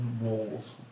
walls